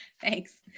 thanks